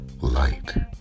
light